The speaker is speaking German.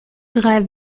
drei